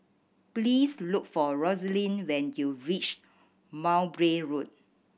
please look for Rosaline when you reach Mowbray Road